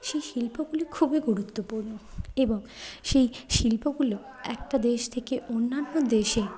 সেই শিল্পগুলি খুবই গুরুত্বপূর্ণ এবং সেই শিল্পগুলো একটা দেশ থকে অন্যান্য দেশে